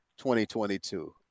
2022